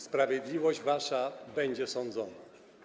Sprawiedliwość wasza będzie sądzona.